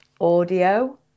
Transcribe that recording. audio